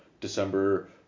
December